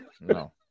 No